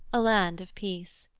a land of peace